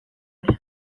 ere